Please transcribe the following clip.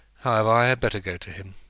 however, i had better go to him.